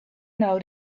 know